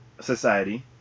society